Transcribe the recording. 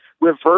reverse